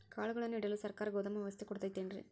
ಕಾಳುಗಳನ್ನುಇಡಲು ಸರಕಾರ ಗೋದಾಮು ವ್ಯವಸ್ಥೆ ಕೊಡತೈತೇನ್ರಿ?